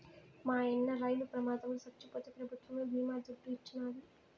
మాయన్న రైలు ప్రమాదంల చచ్చిపోతే పెభుత్వమే బీమా దుడ్డు ఇచ్చినాది